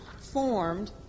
formed